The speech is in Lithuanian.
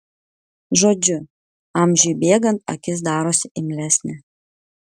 žodžiu amžiui bėgant akis darosi imlesnė